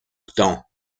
pourtant